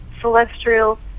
celestial